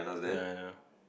ya I know